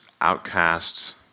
outcasts